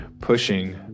pushing